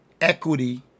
equity